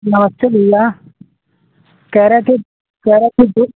नमस्ते भैया कहे रहे थे कहे रहे थे दूध